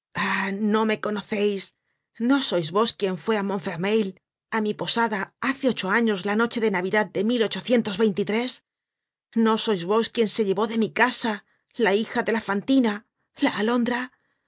no me conoceis no sois vos quien fué á montfermeil á mi posada hace ocho años la noche de navidad de no sois vos quien se llevó de mi casa la hija de la fantina la alondra